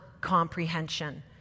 comprehension